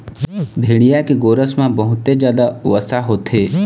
भेड़िया के गोरस म बहुते जादा वसा होथे